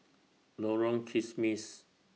Lorong Kismis